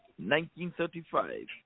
1935